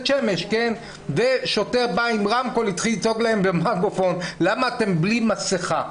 שמש ושוטר בא עם רמקול התחיל לצעוק להם: למה אתם בלי מסכה?